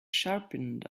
sharpened